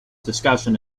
discussion